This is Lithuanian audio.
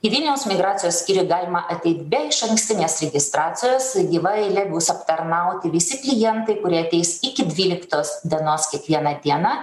į vilniaus migracijos skyrių galima ateit be išankstinės registracijos gyva eile bus aptarnauti visi klientai kurie ateis iki dvyliktos dienos kiekvieną dieną